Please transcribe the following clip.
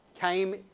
came